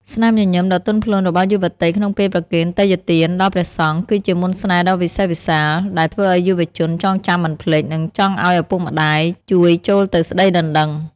ស្នាមញញឹមដ៏ទន់ភ្លន់របស់យុវតីក្នុងពេលប្រគេនទេយ្យទានដល់ព្រះសង្ឃ គឺជាមន្តស្នេហ៍ដ៏វិសេសវិសាល ដែលធ្វើឱ្យយុវជនចងចាំមិនភ្លេច និងចង់ឱ្យឪពុកម្ដាយជួយចូលទៅស្ដីដណ្ដឹង។